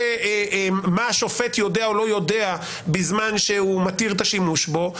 מה השופט יודע או לא יודע בזמן שהוא מתיר את השימוש בו,